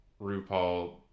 RuPaul